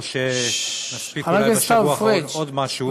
או שנספיק אולי בשבוע האחרון עוד משהו.